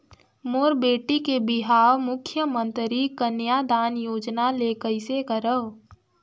मोर बेटी के बिहाव मुख्यमंतरी कन्यादान योजना ले कइसे करव?